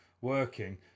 working